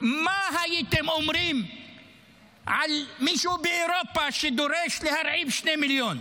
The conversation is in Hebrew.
מה הייתם אומרים על מישהו באירופה שדורש להרעיב 2 מיליון?